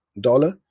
dollar